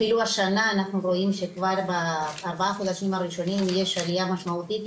אפילו השנה אנחנו רואים שכבר ב-4 חודשים הראשונים יש עליה משמעותית,